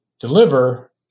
deliver